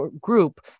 group